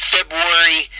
February